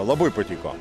labai patiko